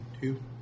Two